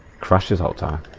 crashes alter